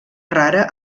rara